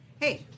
Hey